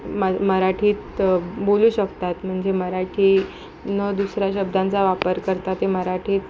म मराठीत बोलू शकतात म्हणजे मराठी न दुसऱ्या शब्दांचा वापर करता ते मराठीत